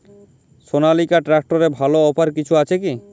সনালিকা ট্রাক্টরে ভালো অফার কিছু আছে কি?